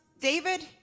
David